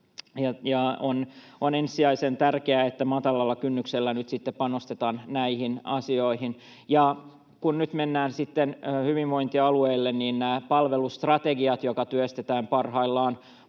On ensisijaisen tärkeää, että matalalla kynnyksellä nyt sitten panostetaan näihin asioihin. Kun nyt mennään hyvinvointialueille, niin palvelustrategioita työstetään parhaillaan